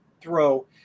throw